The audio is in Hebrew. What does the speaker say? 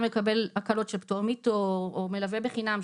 מקבל הקלות של פטור מתור או מלווה בחינם,